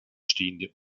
stehende